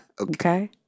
Okay